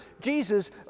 Jesus